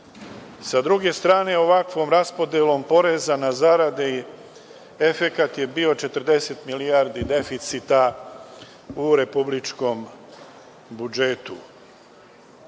druge strane, ovakvom raspodelom poreza na zarade, efekat je bio 40 milijardi deficita u republičkom budžetu.